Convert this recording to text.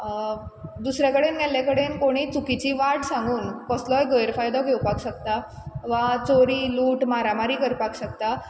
दुसरे कडेन गेल्ले कडेन कोणय चुकीची वाट सांगून कोसलोय गैरफायदो घेवपाक शकता वा चोरी लूट मारामारी करपाक शकता